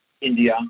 India